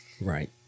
Right